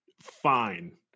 fine